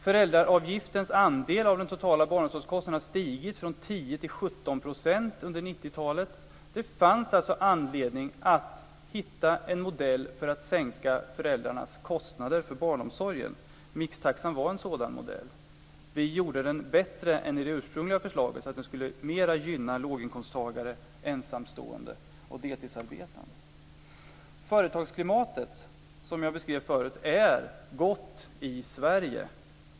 Föräldraavgiftens andel av den totala barnomsorgskostnaden har stigit från 10 % till 17 % under 90-talet. Det fanns alltså anledning att hitta en modell för att sänka föräldrarnas kostnader för barnomsorgen. Mixtaxan var en sådan modell. Vi gjorde den bättre än det ursprungliga förslaget för att den mer skulle gynna låginkomsttagare, ensamstående och deltidsarbetande. Jag beskrev förut att företagsklimatet är gott i Sverige.